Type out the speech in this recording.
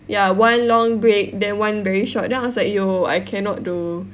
ya one long break then one very short then I was like !aiyo! I cannot do